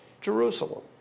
Jerusalem